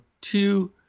two